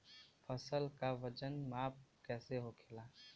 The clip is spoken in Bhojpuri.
फसल का वजन माप कैसे होखेला?